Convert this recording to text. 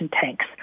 tanks